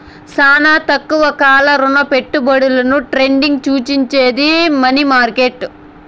శానా తక్కువ కాల రుణపెట్టుబడుల ట్రేడింగ్ సూచించేది మనీ మార్కెట్